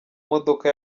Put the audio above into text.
modoka